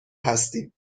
هستیم